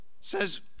says